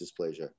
dysplasia